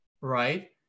right